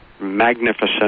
magnificent